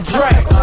Dre